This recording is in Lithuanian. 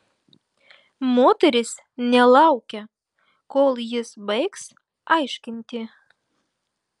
moteris nelaukė kol jis baigs aiškinti